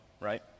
right